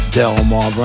Delmar